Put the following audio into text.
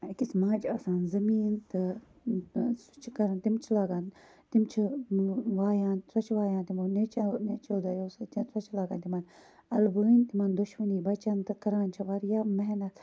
أکِس ماجہِ آسان زمیٖن تہٕ سُہ چھ کَران تِم چھِ لاگان تِم چھِ وایان سۄ چھِ وایان تِمو نیٚچویٚو نیٚچویٚو دۄیَو سۭتۍ سۄ چھِ لاگان تِمَن اَلہٕ بٲنٛۍ تِمَن دۄشونی بَچَن تہٕ کَران چِھ واریاہ محنت